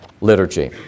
liturgy